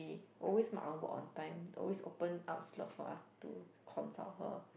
she always mark our work on time always open up slots for us to consult her